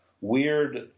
weird